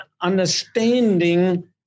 understanding